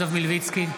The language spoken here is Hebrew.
מלביצקי,